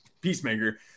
Peacemaker